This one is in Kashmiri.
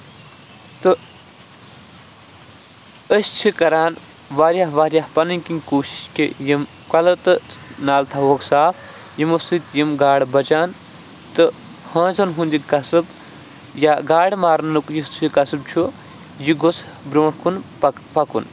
تہٕ أسۍ چھِ کران واریاہ واریاہ پَنٕنۍ کِنۍ کوٗشِش کہِ یِم کۄلہٕ تہٕ نالہٕ تھاووکھ صاف یِمو سۭتۍ یم گاڈٕ بَچان تہٕ ہٲنزن ہُنٛد یہِ کَسٕب یا گادٕ مرنُک یُس یہِ کَسٕب چھُ یہِ گوٚژھ برونٹھ کُن پک پَکُن